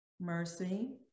Mercy